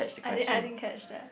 I didn't I didn't catch that